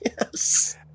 Yes